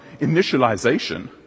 initialization